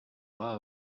love